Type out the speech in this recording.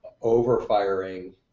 over-firing